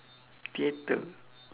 theatre